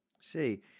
see